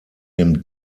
dem